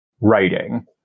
writing